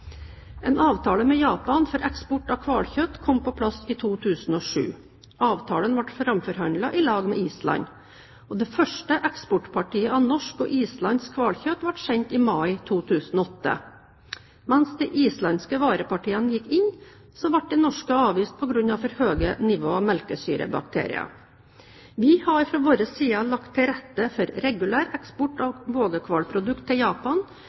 En avtale med Japan for eksport av hvalkjøtt kom på plass i 2007. Avtalen ble framforhandlet sammen med Island. Det første eksportpartiet av norsk og islandsk hvalkjøtt ble sendt i mai 2008. Mens de islandske varepartiene gikk inn, ble de norske avvist på grunn av for høye nivå av melkesyrebakterier. Vi har fra vår side lagt til rette for regulær eksport av vågehvalprodukter til Japan,